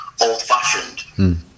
old-fashioned